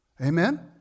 Amen